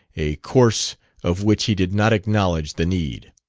a course of which he did not acknowledge the need.